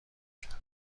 کرد